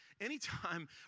anytime